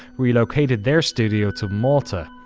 relocated their studio to malta.